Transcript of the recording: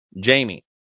Jamie